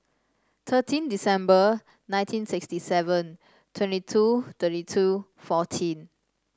thirteen December nineteen sixty seven twenty two thirty two fourteen